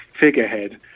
figurehead